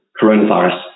coronavirus